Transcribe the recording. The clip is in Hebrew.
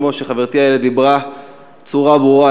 כמו שחברתי איילת דיברה בצורה ברורה,